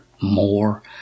more